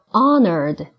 honored